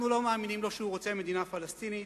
אנחנו לא מאמינים לו שהוא רוצה מדינה פלסטינית,